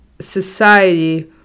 society